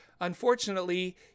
Unfortunately